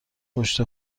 پشت